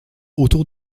autour